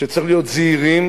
שצריך להיות זהירים,